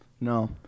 No